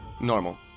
Normal